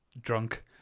drunk